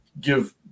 give